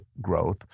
growth